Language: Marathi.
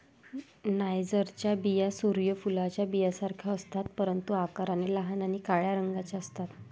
नायजरच्या बिया सूर्य फुलाच्या बियांसारख्याच असतात, परंतु आकाराने लहान आणि काळ्या रंगाच्या असतात